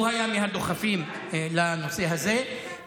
הוא היה מהדוחפים של הנושא הזה,